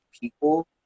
people